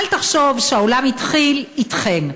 אל תחשוב שהעולם התחיל אתכם.